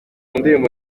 ndirimbo